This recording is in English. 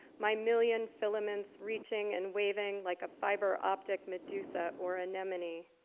my million filaments reaching and waving like a fiber-optic medusa or anemone.